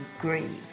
grieve